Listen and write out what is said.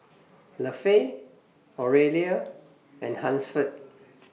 Lafe Aurelia and Hansford